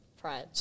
pride